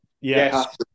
Yes